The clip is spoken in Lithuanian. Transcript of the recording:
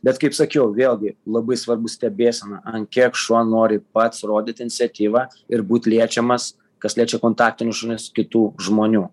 bet kaip sakiau vėlgi labai svarbu stebėsena ant kiek šuo nori pats rodyti iniciatyvą ir būt liečiamas kas liečia kontaktinius šunis kitų žmonių